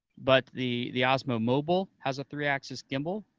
but the the osmo mobile has a three axes gimbal,